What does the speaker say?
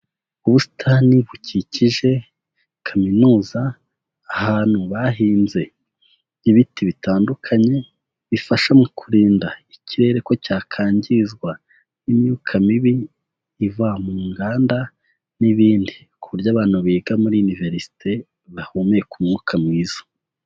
Ubusitani bukikije Kaminuza, ahantu bahinze ibiti bitandukanye, bifasha mu kurinda ikirere ko cyakangizwa imyuka mibi iva mu nganda n'ibindi, ku buryo abantu biga muri Universite bahumeka umwuka mwiza.